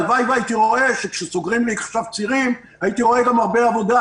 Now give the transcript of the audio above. הלוואי וכאשר סוגרים לי עכשיו צירים הייתי רואה גם הרבה עבודה,